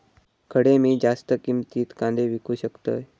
खडे मी जास्त किमतीत कांदे विकू शकतय?